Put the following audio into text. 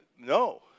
No